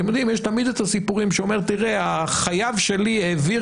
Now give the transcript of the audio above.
יש תמיד הסיפורים שהוא אומר: החייב שלי העביר